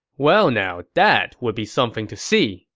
well now, that would be something to see,